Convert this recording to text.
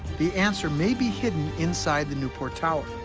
the answer may be hidden inside the newport tower.